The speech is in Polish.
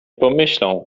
pomyślą